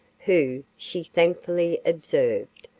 who, she thankfully observed,